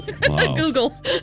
Google